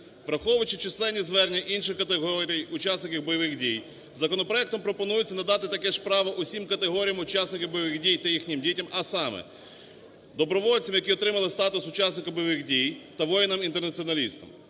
Враховуючи численні звернення інших категорій учасників бойових дій, законопроектом пропонується надати таке ж право усім категоріям учасників бойових дій та їхнім дітям, а саме: добровольцям, які отримали статус учасника бойових дій, та воїнам-інтернаціоналістам.